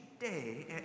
day